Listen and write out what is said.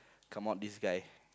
come out this guy